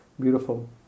beautiful